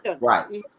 Right